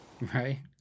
Right